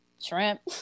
shrimp